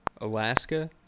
Alaska